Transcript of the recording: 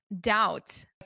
doubt